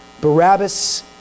Barabbas